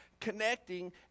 connecting